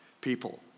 people